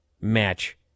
match